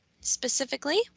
specifically